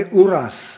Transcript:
uras